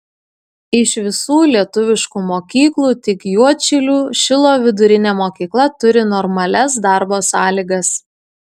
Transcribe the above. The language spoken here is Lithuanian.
iš visų lietuviškų mokyklų tik juodšilių šilo vidurinė mokykla turi normalias darbo sąlygas